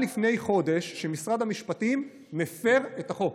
לפני חודש שמשרד המשפטים מפר את החוק.